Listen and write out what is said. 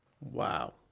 Wow